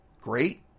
great